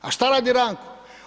A šta radi Ranko?